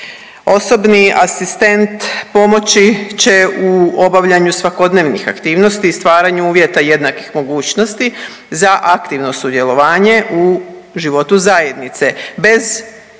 Osobni asistent pomoći će u obavljanju svakodnevnih aktivnosti i stvaranju uvjeta jednakih mogućnosti za aktivno sudjelovanje u životu zajednice bez